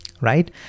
right